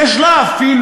יש לה אפילו,